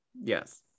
yes